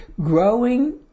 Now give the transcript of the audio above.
growing